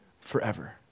forever